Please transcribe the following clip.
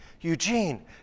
Eugene